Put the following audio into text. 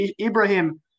Ibrahim